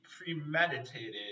premeditated